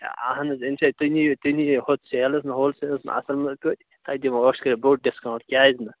ہے آہَن حَظ اِنشا تُہۍ نِیِو تُہۍ نِیو ہُتھ سٮ۪لس منٛز ہولسیلس منٛز اتھ منٛز کٔتۍ تۄہہِ دِمہو ٲش کٔرِتھ بوٚڈ ڈِسکاوُنٹ کیٛازِنہٕ